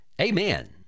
Amen